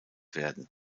werden